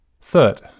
Third